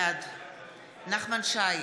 בעד נחמן שי,